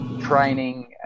training